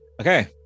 okay